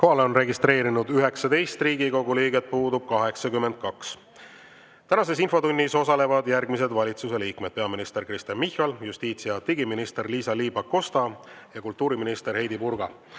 on registreerunud 19 Riigikogu liiget, puudub 82. Tänases infotunnis osalevad järgmised valitsuse liikmed: peaminister Kristen Michal, justiits- ja digiminister Liisa-Ly Pakosta ja kultuuriminister Heidy Purga.